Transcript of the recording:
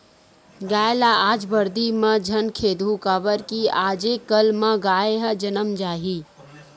गाय ल आज बरदी म झन खेदहूँ काबर कि आजे कल म गाय ह जनम जाही